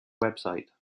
website